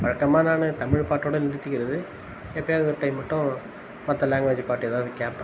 வழக்கமாக நான் தமிழ் பாட்டோடு நிறுத்திக்கிறது எப்பயாவது ஒரு டைம் மட்டும் மற்ற லேங்வேஜ் பாட்டு ஏதாவது கேட்பேன்